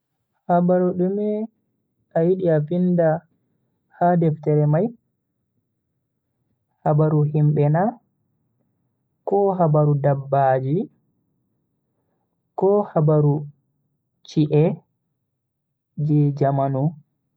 Habaru dume a yidi a vinda ha deftere mai? Habaru himbe na, ko habaru dabbaji ko habaru chi'e je jamanu?